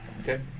okay